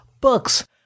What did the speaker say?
Books